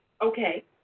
okay